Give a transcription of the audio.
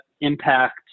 impact